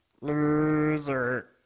Loser